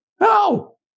No